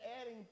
adding